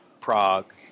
Prague